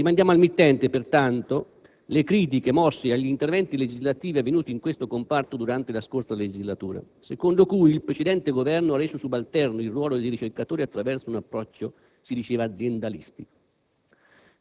Rimandiamo al mittente, pertanto, le critiche mosse agli interventi legislativi avvenuti in questo comparto durante la scorsa legislatura, secondo cui il precedente Governo ha reso subalterno il ruolo dei ricercatori attraverso un approccio - si diceva - aziendalistico.